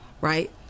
right